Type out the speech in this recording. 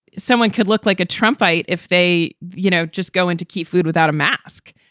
someone could look like a trump, right? if they, you know, just go into key food without a mask.